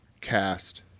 cast